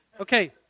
Okay